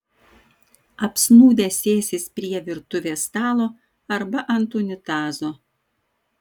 apsnūdę sėsis prie virtuvės stalo arba ant unitazo